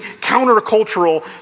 counter-cultural